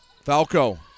Falco